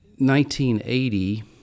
1980